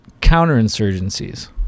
counterinsurgencies